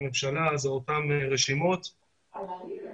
אין כאן קשר לחוק השבות ולכן לא הם אלה שבודקים.